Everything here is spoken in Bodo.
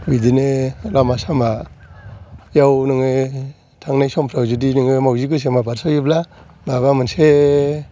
बिदिनो लामा सामायाव नोङो थांनाय समफ्राव जुदि मावजि गोसोमा बारस'योब्ला माबा मोनसे